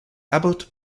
abbot